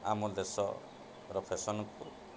ଆମ ଦେଶର ଫେସନ୍କୁ